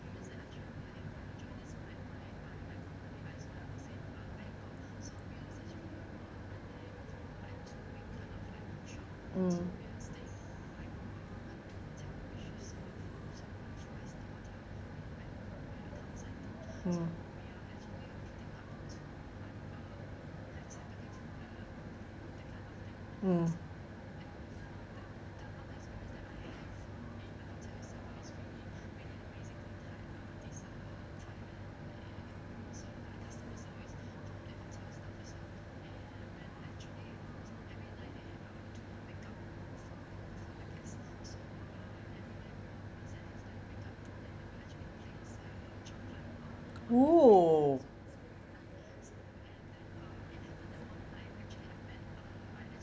mm mm mm !wow!